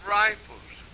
rifles